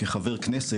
כחבר כנסת,